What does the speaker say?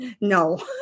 No